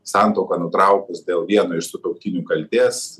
santuoką nutraukus dėl vieno iš sutuoktinių kaltės